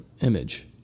image